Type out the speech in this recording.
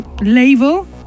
label